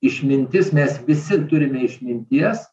išmintis mes visi turime išminties